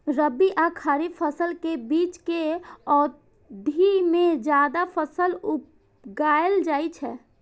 रबी आ खरीफ फसल के बीच के अवधि मे जायद फसल उगाएल जाइ छै